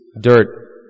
dirt